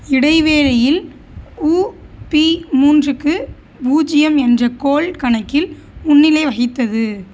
இடைவேளையில் UP மூன்றுக்கு பூஜ்ஜியம் என்ற கோல் கணக்கில் முன்னிலை வகித்தது